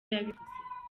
yabivuze